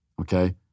Okay